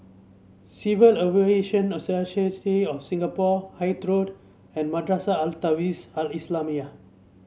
Civil Aviation Authority of Singapore Hythe Road and Madrasah Al Tahzibiah Al Islamiah